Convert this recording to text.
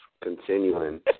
continuing